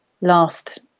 last